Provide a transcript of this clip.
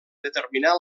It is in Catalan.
determinar